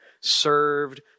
served